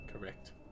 Correct